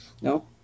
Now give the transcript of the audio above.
no